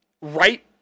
right